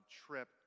trip